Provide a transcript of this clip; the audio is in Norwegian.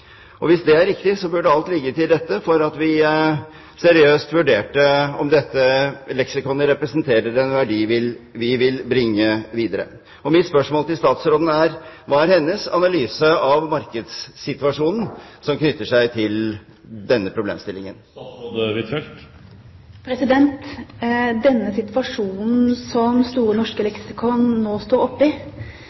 Hvis det er riktig, burde alt ligge til rette for at vi seriøst vurderte om dette leksikonet representerer en verdi vi vil bringe videre. Mitt spørsmål til statsråden er: Hva er hennes analyse av markedssituasjonen som knytter seg til denne problemstillingen? Denne situasjonen som Store norske leksikon står oppe i,